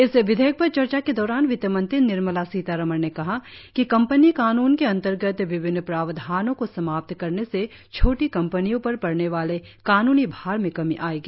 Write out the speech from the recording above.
इस विधेयक पर चर्चा के दौरान वित्तमंत्री निर्मला सीतारामन ने कहा कि कंपनी कानुन के अंतर्गत विभिन्न प्रावधानों को समाप्त करने से छोटी कंपनियों पर पड़ने वाले कानूनी भार में कमी आएगी